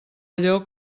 allò